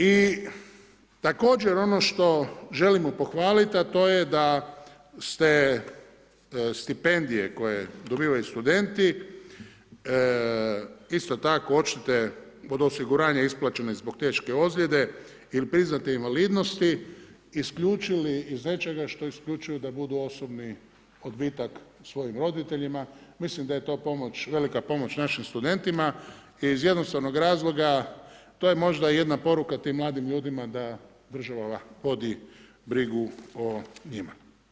I također ono želimo pohvaliti a to je da ste stipendije koje dobivaju studenti, isto tako odštete od osiguranja isplaćene zbog teške ozlijede ili priznate invalidnosti, isključili iz nečega što isključuju da budu osobni odbitak svojim roditeljima, mislim da je to velika pomoć studentima iz jednostavnog razloga, to je možda jedna poruka tim mladima ljudima da država vodi brigu o njima.